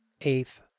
eighth